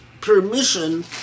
permission